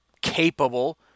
capable